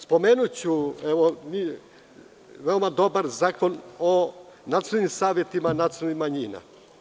Spomenuću veoma dobar Zakon o nacionalnim savetima nacionalnih manjina.